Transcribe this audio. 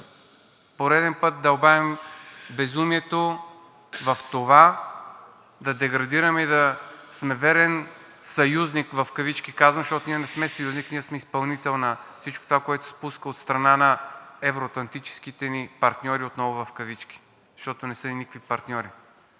пореден път дълбаем безумието в това да деградираме и да сме верен съюзник, казвам в кавички, защото ние не сме съюзник, а ние сме изпълнител на всичко това, което се спуска от страна на евро-атлантическите ни партньори, отново в кавички, защото не са ни никакви партньори.